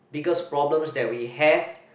biggest problems that we have